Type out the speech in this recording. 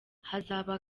hazaba